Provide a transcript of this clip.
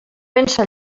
pensa